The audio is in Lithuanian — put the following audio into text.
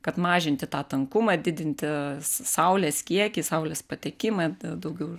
kad mažinti tą tankumą didinti saulės kiekį saulės patekimą daugiau ir